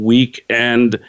Weekend